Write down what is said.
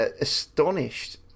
astonished